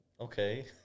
Okay